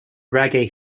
reggae